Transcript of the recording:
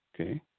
okay